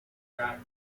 track